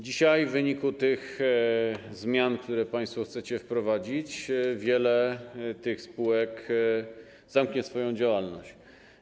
Dzisiaj w wyniku tych zmian, które państwo chcecie wprowadzić, wiele tych spółek zamknie swoją działalność.